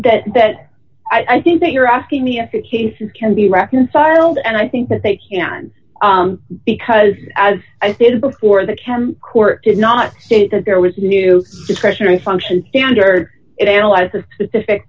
that that i think that you're asking me a few cases can be reconciled and i think that they can because as i stated before the can court did not state that there was a new discretionary function standard it analyzes specific